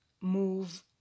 move